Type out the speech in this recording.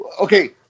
okay